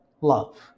love